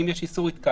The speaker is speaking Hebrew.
אם יש איסור התקהלות,